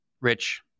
Rich